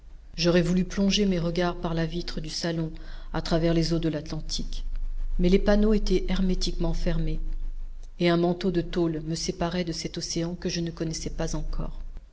j'aurais voulu plonger mes regards par la vitre du salon à travers les eaux de l'atlantique mais les panneaux étaient hermétiquement fermés et un manteau de tôle me séparait de cet océan que je ne connaissais pas encore